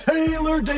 Taylor